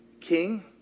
king